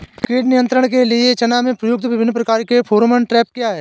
कीट नियंत्रण के लिए चना में प्रयुक्त विभिन्न प्रकार के फेरोमोन ट्रैप क्या है?